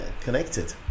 connected